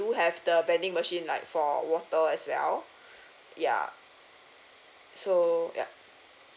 have the vending machine like for water as well ya so ya